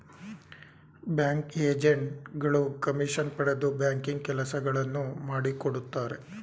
bank agent ಗಳು commission ಪಡೆದು banking ಕೆಲಸಗಳನ್ನು ಮಾಡಿಕೊಡುತ್ತಾರೆ